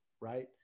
right